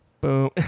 Boom